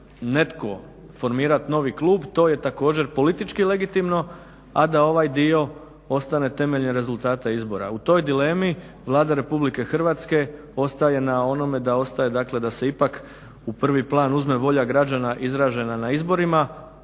netko formirati novi klub to je također politički legitimno a da ovaj dio ostane temeljem rezultata izbora. U toj dilemi Vlada RH ostaje na onome da ostaje, dakle da se ipak u prvi plan uzme volja građana izražena na izborima